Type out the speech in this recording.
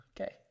Okay